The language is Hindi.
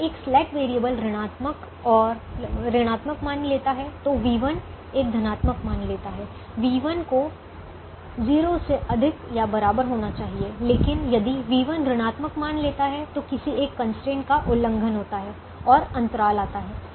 जब एक स्लैक वैरिएबल ऋणात्मक मान लेता है तो v1 एक ऋणात्मक मान लेता है v1 को ≥ 0 होना चाहिए लेकिन यदि v1 ऋणात्मक मान लेता है तो किसी एक कंस्ट्रेंट का उल्लंघन होता है और अंतराल आता है